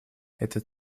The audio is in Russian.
это